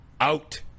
out